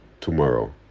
tomorrow